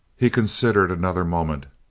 he considered another moment.